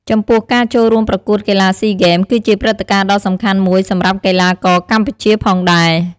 ចំពោះ ការចូលរួមប្រកួតកីឡាស៊ីហ្គេម គឺជាព្រឹត្តិការណ៍ដ៏សំខាន់មួយសម្រាប់កីឡាករកម្ពុជាផងដែរ។